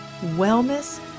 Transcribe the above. wellness